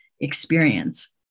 experience